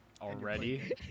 already